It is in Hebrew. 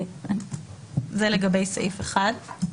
זה לגבי סעיף (1).